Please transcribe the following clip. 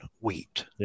wheat